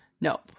No